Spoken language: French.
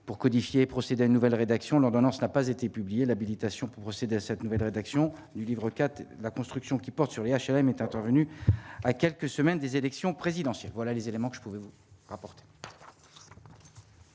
pour codifier procéder à une nouvelle rédaction de l'ordonnance n'a pas été publié l'habilitation pour procéder à cette nouvelle rédaction du livre 4 la construction qui portent sur les HLM, est intervenu à quelques semaines des élections présidentielles, voilà les éléments que je pouvais vous. Parole